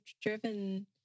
driven—